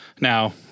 Now